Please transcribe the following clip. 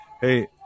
hey